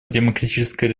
демократическая